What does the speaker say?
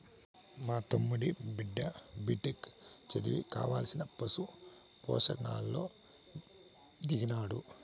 మా తమ్ముడి బిడ్డ బిటెక్ చదివి కావాలని పశు పోషణలో దిగాడు